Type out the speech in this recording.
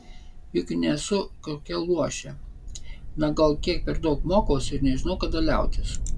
juk nesu kokia luošė na gal kiek per daug mokausi ir nežinau kada liautis